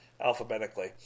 alphabetically